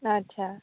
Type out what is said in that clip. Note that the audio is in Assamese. আচ্ছা